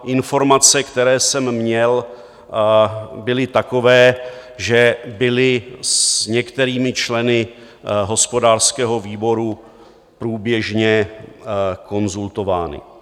Informace, které jsem měl, byly takové, že byly s některými členy hospodářského výboru průběžně konzultovány.